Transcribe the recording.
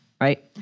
Right